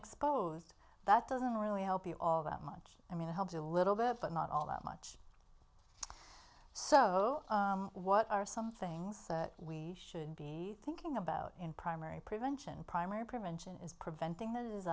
exposed that doesn't really help you all that much i mean it helps a little bit but not all that much so what are some things we should be thinking about in primary prevention primary prevention is preventing